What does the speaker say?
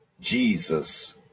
Jesus